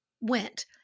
went